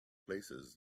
places